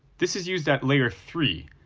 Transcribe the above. this is used at layer three,